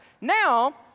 Now